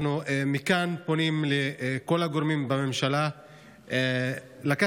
מכאן אנחנו פונים לכל הגורמים בממשלה לקחת